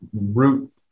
root